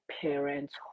parents